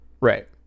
Right